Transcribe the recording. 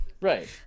Right